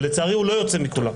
ולצערי הוא לא יוצא מכולם.